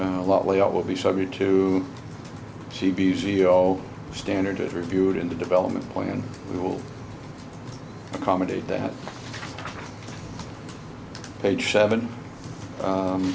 a lot layout will be subject to she'd be zero standard was reviewed in the development plan we will accommodate that page seven